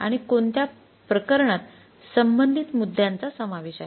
आणि कोणत्या प्रकरणात संबंधित मुद्द्यांचा समावेश आहे